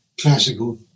classical